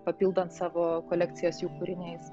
papildant savo kolekcijas jų kūriniais